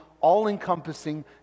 all-encompassing